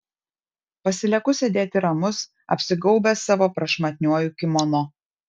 pasilieku sėdėti ramus apsigaubęs savo prašmatniuoju kimono